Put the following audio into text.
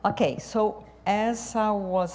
okay so as i was